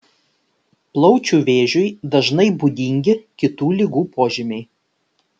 plaučių vėžiui dažnai būdingi kitų ligų požymiai